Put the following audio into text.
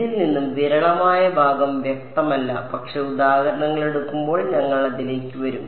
ഇതിൽ നിന്ന് വിരളമായ ഭാഗം വ്യക്തമല്ല പക്ഷേ ഉദാഹരണങ്ങൾ എടുക്കുമ്പോൾ ഞങ്ങൾ അതിലേക്ക് വരും